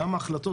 גם ההחלטות,